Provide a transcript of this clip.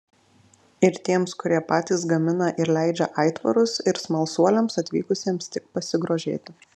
ir tiems kurie patys gamina ir leidžia aitvarus ir smalsuoliams atvykusiems tik pasigrožėti